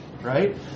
right